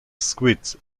squid